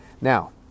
Now